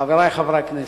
חברי חברי הכנסת,